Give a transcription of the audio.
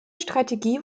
strategie